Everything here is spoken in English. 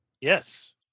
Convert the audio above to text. Yes